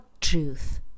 truth